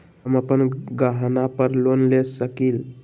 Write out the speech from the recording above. हम अपन गहना पर लोन ले सकील?